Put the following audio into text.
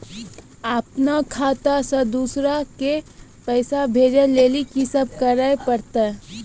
अपनो खाता से दूसरा के पैसा भेजै लेली की सब करे परतै?